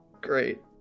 Great